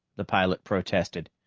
the pilot protested.